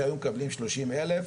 שהיו מקבלים שלושים אלף,